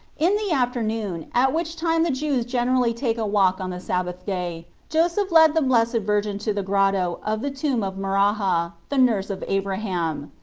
in the afternoon, at which time the jews generally take a walk on the sabbath-day, joseph led the blessed virgin to the grotto of the tomb of maraha, the nurse of abraham.